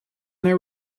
their